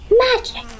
Magic